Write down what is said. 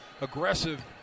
aggressive